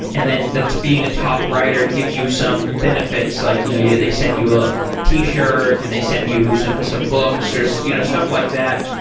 and then that being a top writer gives you some benefits, like you know they send you a t-shirt and they send you some some books, or so you know stuff like that,